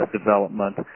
development